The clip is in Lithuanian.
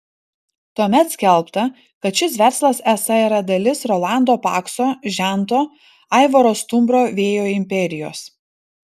tuomet skelbta kad šis verslas esą yra dalis rolando pakso žento aivaro stumbro vėjo imperijos